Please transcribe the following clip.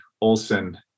Olson